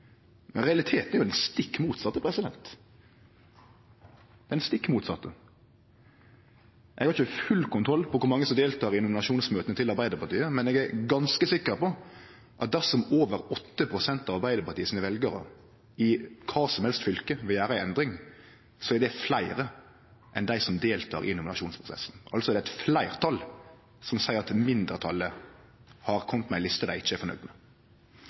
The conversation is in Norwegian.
Realiteten er jo den stikk motsette. Eg har ikkje full kontroll på kor mange som deltek i nominasjonsmøta til Arbeidarpartiet, men eg er ganske sikker på at dersom over 8 pst. av Arbeidarpartiets veljarar i kva som helst fylke vil gjere ei endring, så er det fleire enn dei som deltek i nominasjonsprosessen, altså er det eit fleirtal som seier at mindretalet har kome med ei liste dei ikkje er fornøgd med.